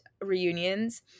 reunions